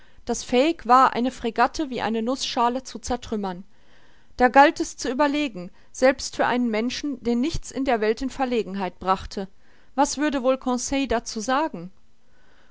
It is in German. das fähig war eine fregatte wie eine nußschale zu zertrümmern da galt es zu überlegen selbst für einen menschen den nichts in der welt in verlegenheit brachte was würde wohl conseil dazu sagen